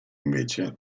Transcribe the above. invece